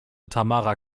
tamara